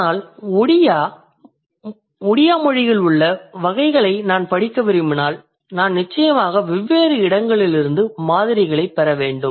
ஆனால் ஒடியா மொழியில் உள்ள வகைகளை நான் படிக்க விரும்பினால் நான் நிச்சயமாக வெவ்வேறு இடங்களிலிருந்து மாதிரிகளைப் பெற வேண்டும்